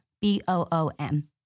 B-O-O-M